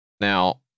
Now